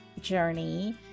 journey